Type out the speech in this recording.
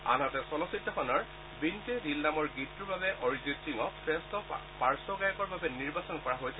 আনহাতে চলচ্চিত্ৰখনৰ বিণ্টে দিল নামৰ গীতটোৰ বাবে অৰিজিৎ সিঙক শ্ৰেষ্ঠ পাৰ্য্ব গায়কৰ বাবে নিৰ্বাচন কৰা হৈছে